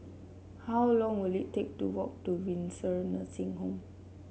how long will it take to walk to Windsor Nursing Home